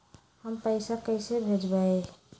हम पैसा कईसे भेजबई?